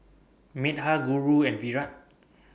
Medha Guru and Virat